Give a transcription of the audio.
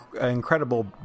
incredible